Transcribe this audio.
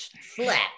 flat